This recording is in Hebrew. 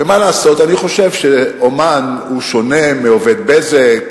ומה לעשות, אני חושב שאמן שונה מעובד "בזק"